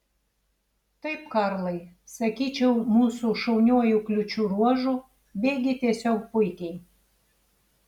taip karlai sakyčiau mūsų šauniuoju kliūčių ruožu bėgi tiesiog puikiai